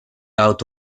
out